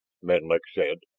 menlik said,